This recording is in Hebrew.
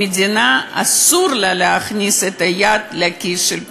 המדינה אסור לה להכניס את היד לכיס של הפנסיונרים.